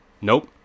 Nope